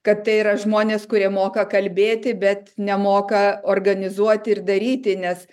kad tai yra žmonės kurie moka kalbėti bet nemoka organizuoti ir daryti nes